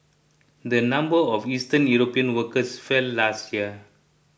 the number of Eastern European workers fell last year